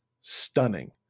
stunning